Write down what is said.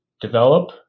develop